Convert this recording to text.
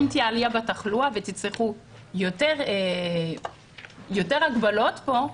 אם תהיה עלייה בתחלואה ותצטרכו יותר הגבלות פה,